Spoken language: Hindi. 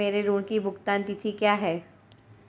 मेरे ऋण की भुगतान तिथि क्या है?